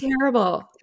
terrible